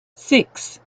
six